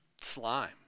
slime